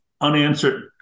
unanswered